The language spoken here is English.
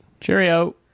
Cheerio